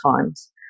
times